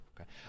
okay